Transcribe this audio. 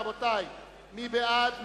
רבותי, מי בעד?